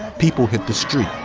people hit the street.